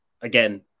again